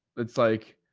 it's like,